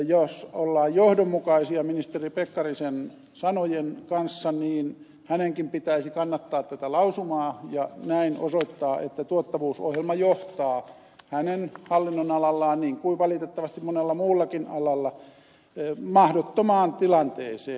jos ollaan johdonmukaisia ministeri pekkarisen sanojen kanssa niin hänenkin pitäisi kannattaa tätä lausumaa ja näin osoittaa että tuottavuusohjelma johtaa hänen hallinnonalallaan niin kuin valitettavasti monella muullakin alalla mahdottomaan tilanteeseen